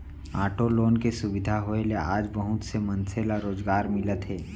auto loan के सुबिधा होए ले आज बहुत से मनसे ल रोजगार मिलत हे